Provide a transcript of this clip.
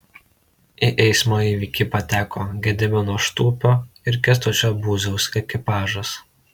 į eismo įvykį pateko gedimino štuopio ir kęstučio būziaus ekipažas